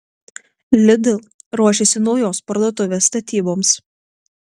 lidl ruošiasi naujos parduotuvės statyboms